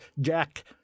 Jack